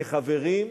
כחברים,